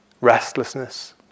restlessness